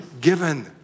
given